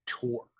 Tour